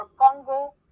Congo